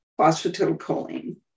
phosphatidylcholine